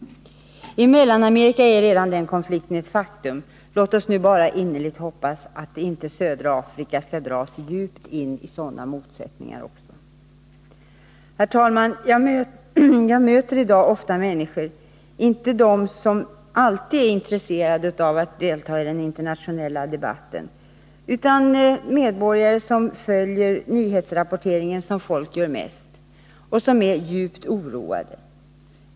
I Mellanamerika är den konflikten redan ett faktum. Låt oss nu bara innerligt hoppas att inte också södra Afrika skall dras djupt in i sådana motsättningar! Herr talman! Jag möter ofta människor — inte de som alltid är intresserade av att delta i den internationella debatten, utan medborgare som följer nyhetsrapporteringen som folk gör mest — som är djupt oroade.